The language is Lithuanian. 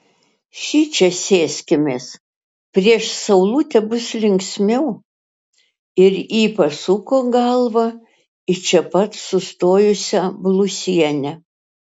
šičia sėskimės prieš saulutę bus linksmiau ir ji pasuko galvą į čia pat sustojusią blusienę